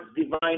divine